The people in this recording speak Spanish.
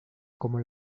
como